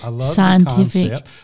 scientific